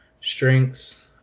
strengths